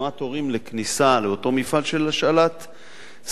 הורים לכניסה לאותו מפעל של השאלת ספרים,